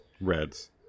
Reds